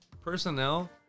personnel